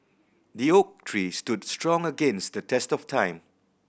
the oak tree stood strong against the test of time